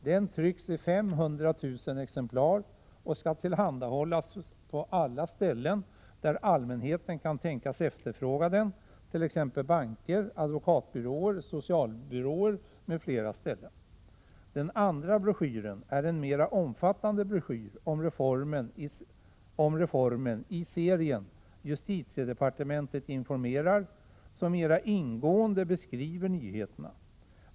Den trycks i 500 000 exemplar och skall tillhandahållas på alla ställen där allmänheten kan tänkas efterfråga den, t.ex. banker, advokatbyråer och socialbyråer. I den andra broschyren, som ingår i serien Justitiedepartementet informerar, ges en mera ingående beskrivning av nyheterna.